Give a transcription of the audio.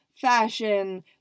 fashion